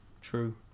true